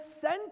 sent